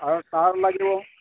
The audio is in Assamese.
আৰু তাৰ লাগিব